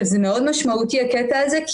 זה מאוד משמעותי הקטע הזה,